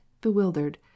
bewildered